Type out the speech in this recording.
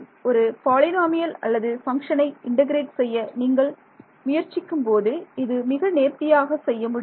ஒரு பாலினாமியல் அல்லது பங்ஷனை இன்டெக்ரேட் செய்ய நீங்கள் முயற்சிக்கும்போது இது மிக நேர்த்தியாக செய்ய முடியும்